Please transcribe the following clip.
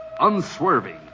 unswerving